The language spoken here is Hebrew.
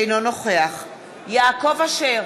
אינו נוכח יעקב אשר,